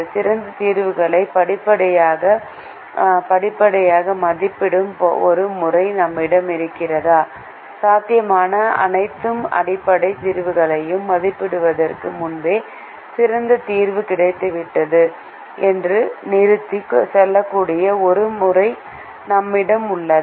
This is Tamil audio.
சிறந்த தீர்வுகளை படிப்படியாக மதிப்பிடும் ஒரு முறை நம்மிடம் இருக்கிறதா சாத்தியமான அனைத்து அடிப்படை தீர்வுகளையும் மதிப்பிடுவதற்கு முன்பே சிறந்த தீர்வு கிடைத்துவிட்டது என்று நிறுத்தி சொல்லக்கூடிய ஒரு முறை நம்மிடம் உள்ளதா